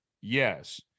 Yes